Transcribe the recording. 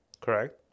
Correct